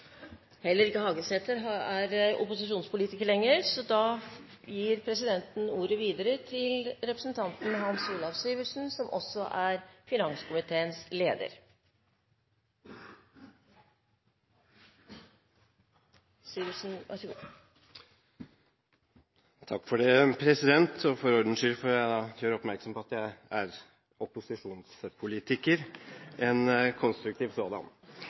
Heller ikke representanten Hagesæter er opposisjonspolitiker lenger, så da gir presidenten ordet videre til representanten Hans Olav Syversen. Takk for det, og for ordens skyld får jeg da gjøre oppmerksom på at jeg er opposisjonspolitiker – en konstruktiv sådan.